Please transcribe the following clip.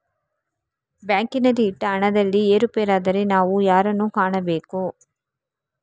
ಬ್ಯಾಂಕಿನಲ್ಲಿ ಇಟ್ಟ ಹಣದಲ್ಲಿ ಏರುಪೇರಾದರೆ ನಾವು ಯಾರನ್ನು ಕಾಣಬೇಕು?